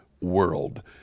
world